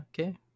Okay